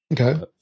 okay